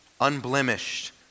unblemished